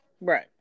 Right